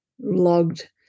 logged